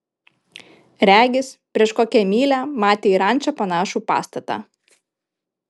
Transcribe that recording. regis prieš kokią mylią matė į rančą panašų pastatą